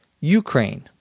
Ukraine